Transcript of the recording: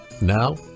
Now